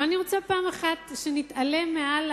אבל אני רוצה פעם אחת שנתעלה מעל